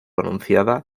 anunciada